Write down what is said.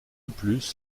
plus